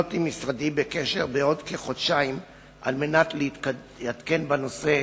להיות עם משרדי בקשר בעוד כחודשיים על מנת להתעדכן בנושא,